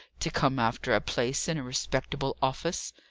to come after a place in a respectable office.